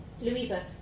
Louisa